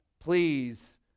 please